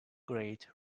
great